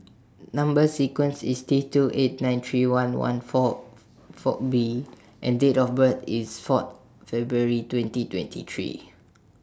Number sequence IS T two eight nine three one one four four B and Date of birth IS four February twenty twenty three